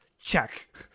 check